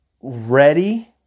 ready